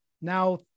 now